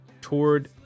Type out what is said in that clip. toured